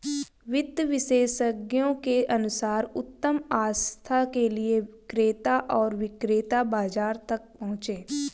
वित्त विशेषज्ञों के अनुसार उत्तम आस्था के लिए क्रेता और विक्रेता बाजार तक पहुंचे